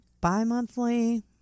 bi-monthly